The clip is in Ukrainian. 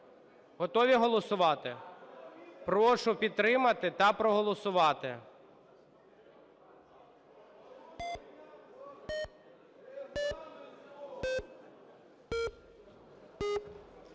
Готові голосувати? Прошу підтримати та проголосувати.